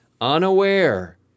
unaware